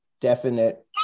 definite